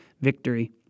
victory